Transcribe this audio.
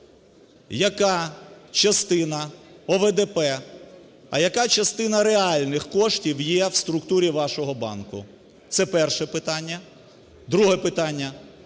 яка частина ОВДП, а яка частина реальних коштів є в структурі вашого банку? Це перше питання. Друге питання.